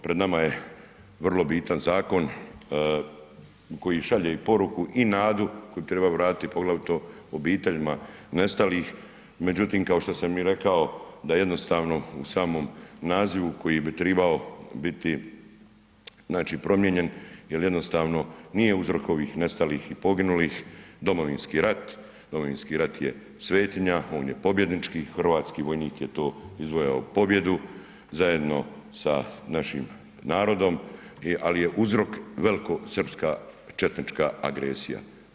Pred nama je vrlo bitan zakon koji šalje poruku i nadu, koji bi trebao vratiti poglavito obiteljima nestalih međutim kao što sam i rekao da jednostavno u samom nazivu koji bi trebao biti promijenjen jer jednostavno nije uzrok ovih nestalih i poginulih Domovinski rat, Domovinski rat je svetinja, on je pobjednički, hrvatski vojnik je tu izvojevao pobjedu, zajedno sa našim narodom ali je uzrok velikosrpska četnička agresija.